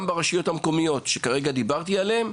גם ברשויות המקומיות שכרגע דיברתי עליהן.